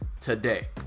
today